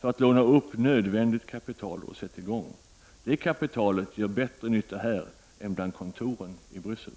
för att låna upp nödvändigt kapital och sätt i gång. Det kapitalet gör bättre nytta här en bland kontoren i Bryssel.